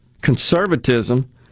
conservatism